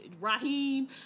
Raheem